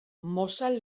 mozal